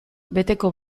beteko